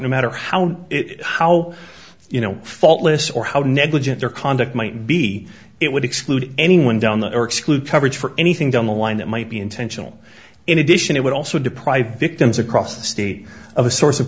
no matter how it how you know faultless or how negligent their conduct might be it would exclude anyone down the coverage for anything down the line that might be intentional in addition it would also deprive victims across the state of a source of